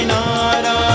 Nara